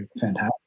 fantastic